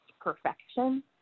perfection